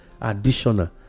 additional